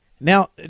Now